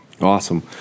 awesome